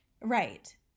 Right